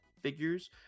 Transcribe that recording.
figures